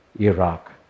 Iraq